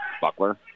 Buckler